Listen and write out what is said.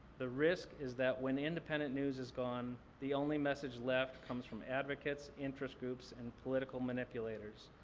the risk is that when independent news is gone, the only message left comes from advocates, interest groups, and political manipulators.